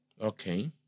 Okay